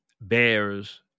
Bears